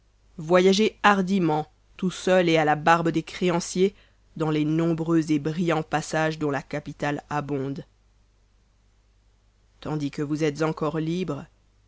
voyager hardiment tout seul et à la barbe des créanciers dans les nombreux et brillans passages dont la capitale abonde tandis que vous êtes encore libres